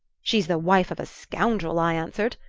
she's the wife of a scoundrel i answered.